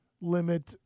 limit